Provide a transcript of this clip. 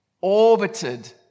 orbited